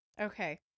Okay